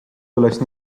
tuleb